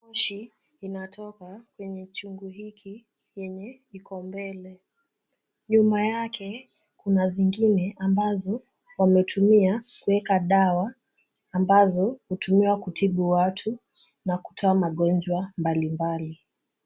Moshi inatoka kwenye chungu hiki yenye iko mbele. Nyuma yake kuna zingine ambazo wametumia kuweka dawa ambazo hutumiwa kutibu watu na kutoa magonjwa mbalimbali.